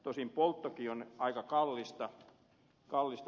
tosin polttokin on aika kallista